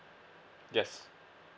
yes